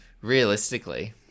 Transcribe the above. realistically